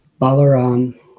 Balaram